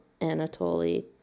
Anatoly